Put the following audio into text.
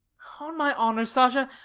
on my honour, sasha,